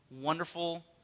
Wonderful